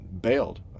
bailed